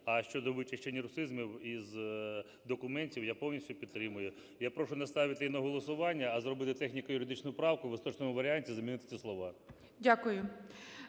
А щодо вичищення русизмів із документів, я повністю підтримую. Я прошу не ставити її на голосування, а зробити техніко-юридичну правку, в остаточному варіанті замінити ці слова.